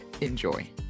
enjoy